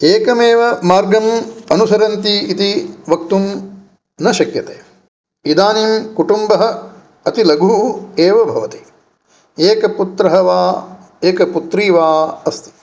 एकमेव मार्गं अनुसरन्ति इति वक्तु न शक्यते इदानीं कुटुम्बः अति लघुः एव भवति एक पुत्रः वा एक पुत्री वा अस्ति